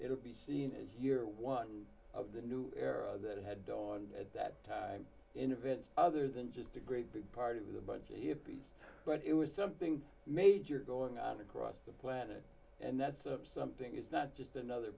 will be seen as year one of the new era that had gone at that intervention other than just a great big party with a bunch of hippies but it was something major going on across the planet and that's something it's not just another